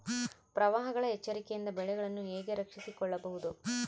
ಪ್ರವಾಹಗಳ ಎಚ್ಚರಿಕೆಯಿಂದ ಬೆಳೆಗಳನ್ನು ಹೇಗೆ ರಕ್ಷಿಸಿಕೊಳ್ಳಬಹುದು?